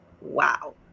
wow